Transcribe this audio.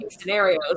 scenarios